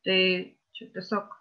tai čia tiesiog